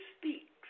speaks